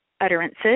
utterances